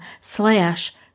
slash